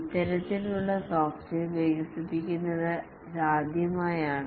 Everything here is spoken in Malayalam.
ഇത്തരത്തിലുള്ള സോഫ്റ്റ്വെയർ വികസിപ്പിക്കുന്നത് ഇതാദ്യമായാണ്